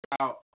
out